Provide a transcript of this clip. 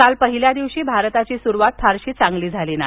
काल पहिल्या दिवशी भारताची सुरुवात फारशी चांगली झाली नाही